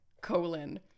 colon